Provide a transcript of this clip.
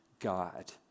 God